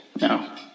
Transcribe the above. No